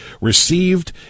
received